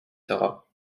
sara